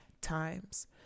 times